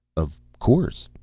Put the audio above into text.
of course.